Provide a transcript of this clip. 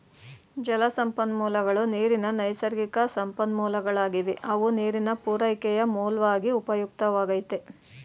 ಜಲಸಂಪನ್ಮೂಲಗಳು ನೀರಿನ ನೈಸರ್ಗಿಕಸಂಪನ್ಮೂಲಗಳಾಗಿವೆ ಅವು ನೀರಿನ ಪೂರೈಕೆಯ ಮೂಲ್ವಾಗಿ ಉಪಯುಕ್ತವಾಗೈತೆ